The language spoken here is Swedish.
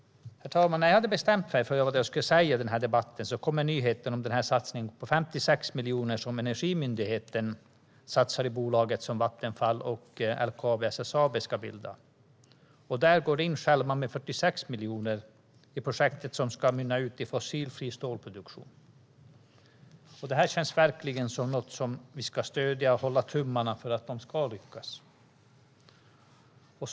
Herr talman! När jag hade bestämt mig för vad jag skulle säga i debatten kom nyheten om Energimyndighetens satsning på 56 miljoner i det bolag som Vattenfall, LKAB och SSAB ska bilda. Där går de själva in med 46 miljoner i projektet som ska mynna ut i fossilfri stålproduktion. Det känns verkligen som något som vi ska stödja och hålla tummarna för att de ska lyckas med.